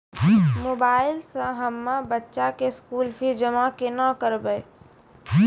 Mobile से हम्मय बच्चा के स्कूल फीस जमा केना करबै?